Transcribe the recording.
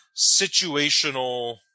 situational